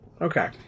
Okay